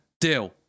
Deal